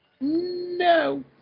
No